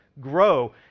grow